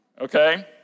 okay